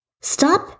Stop